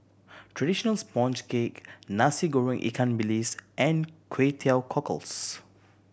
traditional sponge cake Nasi Goreng ikan bilis and Kway Teow Cockles